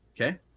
okay